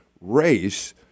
race